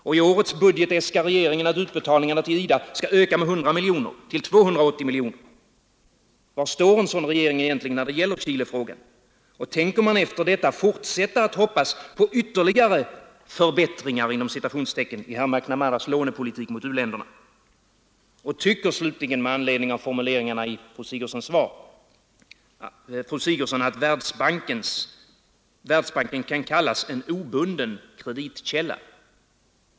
Och i årets budget äskar regeringen att utbetalningarna till IDA skall öka med 100 miljoner till 280 miljoner kronor. Var står en sådan regering egentligen, när det gäller Chilefrågan? Och tänker man efter detta fortsätta att hoppas på ytterligare ”förbättringar” i herr McNamaras lånepolitik mot u-länderna? Med anledning av formuleringarna i det lämnade svaret vill jag slutligen fråga: Tycker fru Sigurdsen att Världsbanken kan kallas en obunden kreditkälla?